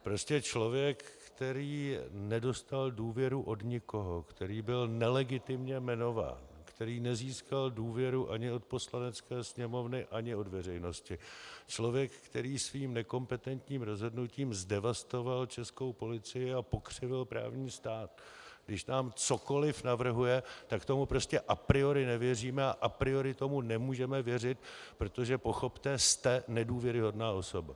Prostě člověk, který nedostal důvěru od nikoho, který byl nelegitimně jmenován, který nezískal důvěru ani od Poslanecké sněmovny, ani od veřejnosti, člověk, který svým nekompetentním rozhodnutím zdevastoval českou policii a pokřivil právní stát, když nám cokoli navrhuje, tak tomu prostě a priori nevěříme a a priori tomu nemůžeme věřit, protože pochopte jste nedůvěryhodná osoba.